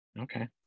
Okay